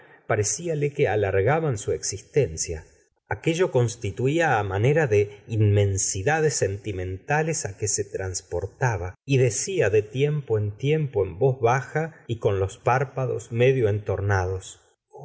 parecíale que alargaban su existencia aquello constituía á manera de inmensidades sentimentales á que se transportaba y decía de tiempo en tiempo gustavo flaubert en voz baja y con los párpados medio entornados